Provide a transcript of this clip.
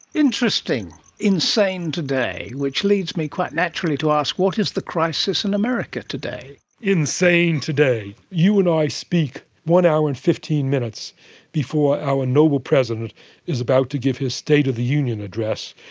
interesting, insane today. which leads me quite naturally to ask what is the crisis in america today? insane today. you and i speak one hour and fifteen minutes before our noble president is about to give his state of the union address,